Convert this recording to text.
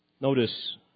Notice